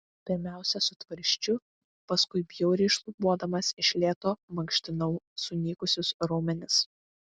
pirmiausia su tvarsčiu paskui bjauriai šlubuodamas iš lėto mankštinau sunykusius raumenis